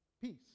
peace